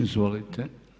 Izvolite.